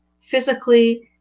physically